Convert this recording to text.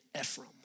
Ephraim